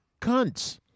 cunts